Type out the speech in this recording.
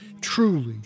truly